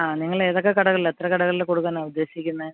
ആ നിങ്ങളേതൊക്കെ കടകളിലാണ് എത്ര കടകളിൽ കൊടുക്കാനാണ് ഉദ്ദേശിക്കുന്നേ